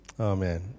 Amen